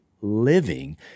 living